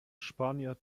spanier